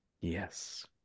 Yes